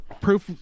proof